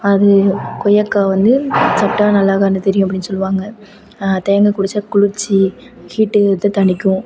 அது கொய்யாக்காய் வந்து சாப்பிட்டா நல்லா கண்ணு தெரியும் அப்டினு சொல்வாங்க தேங்காய் குடிச்சால் குளிர்ச்சி ஹீட்டு இது தணிக்கும்